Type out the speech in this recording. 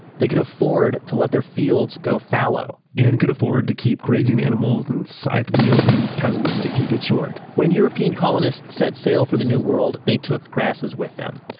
they could afford to let their fields go fallow and could afford to keep grazing animals and scythe-wielding peasants to keep it short when european colonists set sail for the new world, they took grasses with them.